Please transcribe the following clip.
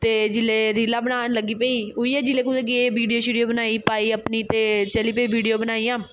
ते जिल्लै रीलां बनान लग्गी पेई उ'ऐ जिल्लै कुतै गे वीडियो शीडियो बनाई पाई अपनी ते चली पे वीडियो बनाइयां